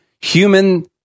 human